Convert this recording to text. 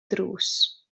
drws